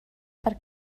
per